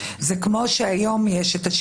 זה כמו שהיום יש 72,